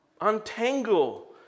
Untangle